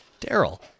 Daryl